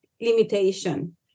limitation